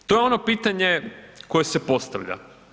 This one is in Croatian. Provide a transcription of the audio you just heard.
To je ono pitanje koje se postavlja.